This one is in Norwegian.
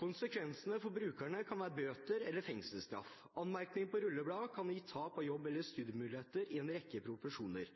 Konsekvensene for brukerne kan være bøter eller fengselsstraff. Anmerkning på rullebladet kan gi tap av jobb eller studiemuligheter innen en rekke profesjoner.